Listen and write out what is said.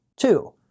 Two